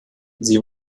sie